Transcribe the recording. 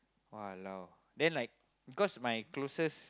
!walao! then like because my closest